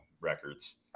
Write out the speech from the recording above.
records